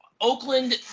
Oakland